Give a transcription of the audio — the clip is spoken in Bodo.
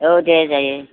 औ दे जायो